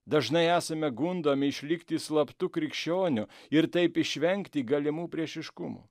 dažnai esame gundomi išlikti slaptu krikščioniu ir taip išvengti galimų priešiškumų